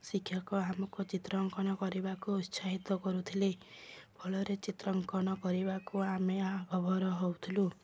ଶିକ୍ଷକ ଆମକୁ ଚିତ୍ରାଙ୍କନ କରିବାକୁ ଉତ୍ସାହିତ କରୁଥିଲେ ଫଳରେ ଚିତ୍ରାଙ୍କନ କରିବାକୁ ଆମେ ଆଗଭର ହଉଥିଲୁ